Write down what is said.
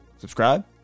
subscribe